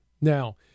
Now